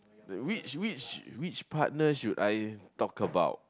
which which which partner should I talk about